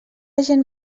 gent